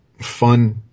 fun